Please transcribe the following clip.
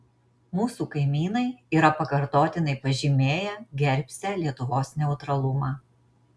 mūsų kaimynai yra pakartotinai pažymėję gerbsią lietuvos neutralumą